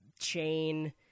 chain